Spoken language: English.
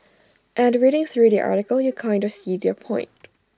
and reading through their article you kind of see their point